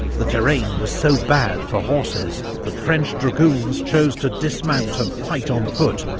the terrain was so bad for horses that french dragoons choose to dismount and fight on foot,